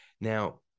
Now